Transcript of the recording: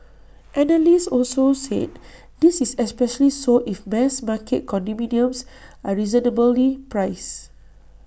analysts also said this is especially so if mass market condominiums are reasonably priced